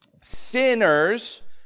Sinners